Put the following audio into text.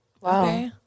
Wow